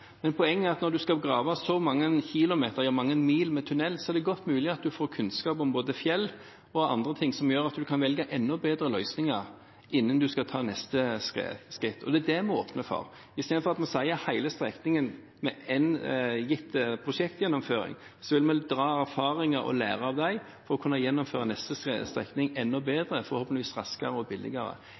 Men poenget er at når en skal grave så mange kilometer – ja mange mil – med tunnel, er det godt mulig at en får kunnskap om både fjell og andre ting som gjør at en kan velge enda bedre løsninger innen en skal ta neste skritt. Det er det vi åpner for. Istedenfor at vi lar hele strekningen ha en gitt prosjektgjennomføring, vil vi gjøre oss erfaringer og lære av dem for å kunne gjennomføre neste strekning enda bedre – forhåpentligvis raskere og billigere.